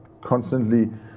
constantly